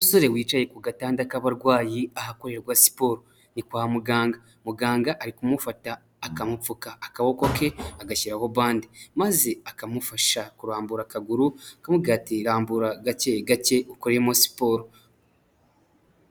Umusore wicaye ku gatanda k'abarwayi ahakorerwa siporo, ni kwa muganga muganga ari kumufata akamupfuka akaboko ke agashyiraho bande, maze akamufasha kurambura akaguru, akavuga ati rambura gake gake ukoremo siporo.